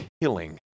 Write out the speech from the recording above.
killing